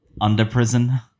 underprison